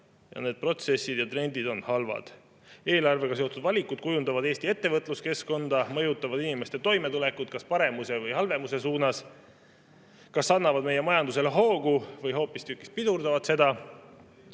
Ja need protsessid ja trendid on halvad. Eelarvega seotud valikud kujundavad Eesti ettevõtluskeskkonda, mõjutavad inimeste toimetulekut paremuse või halvemuse suunas, annavad meie majandusele hoogu või hoopistükkis pidurdavad seda.